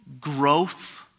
growth